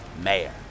mayor